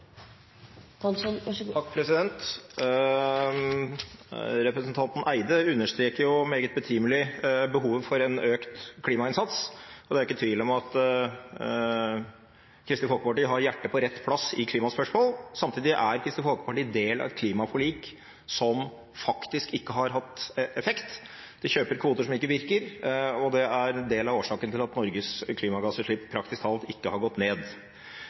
Representanten Andersen Eide understreker, meget betimelig, behovet for en økt klimainnsats, og det er jo ikke tvil om at Kristelig Folkeparti har hjertet på rett plass i klimaspørsmål. Samtidig er Kristelig Folkeparti del av et klimaforlik som faktisk ikke har hatt effekt – vi kjøper kvoter som ikke virker, og det er en del av årsaken til at Norges klimagassutslipp praktisk talt ikke har gått ned.